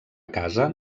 casa